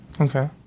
Okay